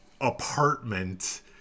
apartment